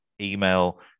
email